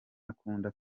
akunda